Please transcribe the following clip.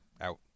out